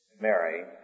Mary